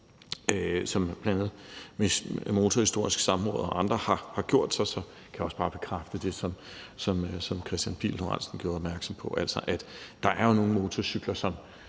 som bl.a. Motorhistorisk Samråd og andre har gjort sig, kan jeg også bare bekræfte det, som Kristian Pihl Lorentzen gjorde opmærksom på, nemlig at der er nogle motorcykler,